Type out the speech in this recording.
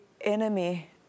enemy